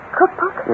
cookbook